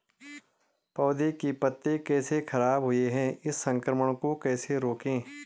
पौधों के पत्ते कैसे खराब हुए हैं इस संक्रमण को कैसे रोकें?